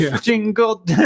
Jingle